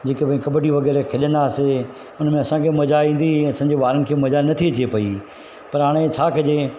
जेके भई कबडियूं वग़ैरह खेॾंदा हुआसे उन में असांखे मज़ा ईंदी असांजी ॿारनि खे मज़ा नथी अचे पई पर हाणे छा कजे